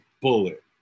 bullet